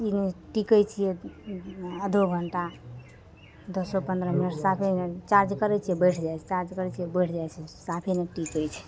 ई नहि टिकै छिए आधो घण्टा दसो पनरह मिनट साफे चार्ज करै छिए बैठि जाइ छै चार्ज करै छिए बैठि जाइ छिए साफे नहि टिकै छै